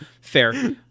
fair